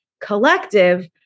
collective